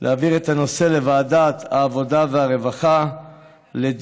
אז אני מציע להעביר את הנושא לוועדת העבודה והרווחה לדיון,